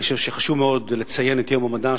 אני חושב שחשוב מאוד לציין את יום המדע,